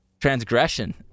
transgression